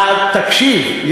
30. תקשיב,